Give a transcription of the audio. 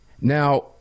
Now